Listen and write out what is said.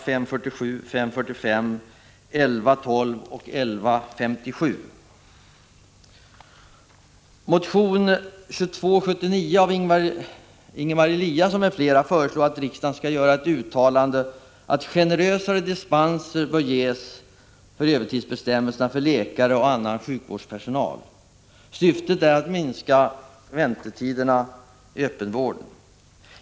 Med det anförda yrkar jag avslag på motionerna 1984/85:547, 545, 1112 och 1157.